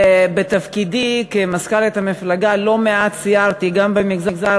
בתפקידי כמזכ"לית המפלגה סיירתי לא מעט גם במגזר